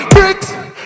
Bricks